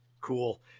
Cool